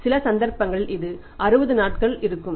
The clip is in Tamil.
சில சந்தர்ப்பங்களில் இது 60 நாட்கள் ஆகும்